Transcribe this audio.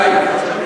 חיים,